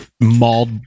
mauled